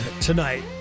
tonight